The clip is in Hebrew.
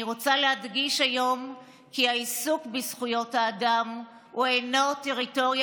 אני רוצה להדגיש היום כי העיסוק בזכויות האדם אינו טריטוריה